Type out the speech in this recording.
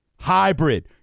hybrid